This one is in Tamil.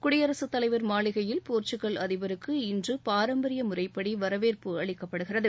குடியரசுத்தலைவர் மாளிகையில் போர்ச்சுகல் அதிபருக்கு இன்று பாரம்பரிய முறைப்படி வரவேற்பு அளிக்கப்படுகிறது